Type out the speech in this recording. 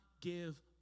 give